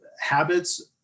habits